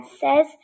says